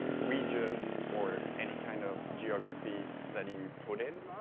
region or any kind of geography that you put in